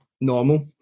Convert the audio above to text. normal